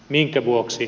minkä vuoksi